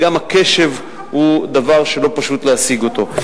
וגם הקשב הוא דבר שלא פשוט להשיג אותו.